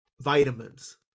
vitamins